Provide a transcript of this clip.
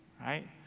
right